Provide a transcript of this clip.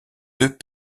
deux